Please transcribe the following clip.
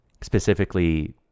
specifically